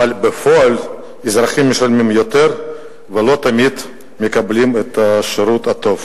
אבל בפועל האזרחים משלמים יותר ולא תמיד מקבלים את השירות הטוב.